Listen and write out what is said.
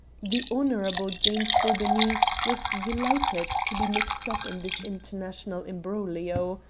the honourable james daubeney was delighted to be mixed up in this international imbroglio.